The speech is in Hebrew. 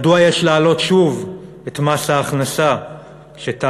מדוע יש להעלות שוב את מס ההכנסה כשתאגידי